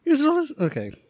Okay